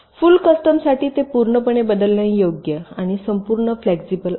परंतु full custom साठी ते पूर्णपणे बदलण्यायोग्य आणि संपूर्ण फ्लेक्सिबल आहे